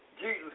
Jesus